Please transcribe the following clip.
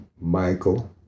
Michael